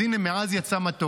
אז הינה, מעז יצא מתוק.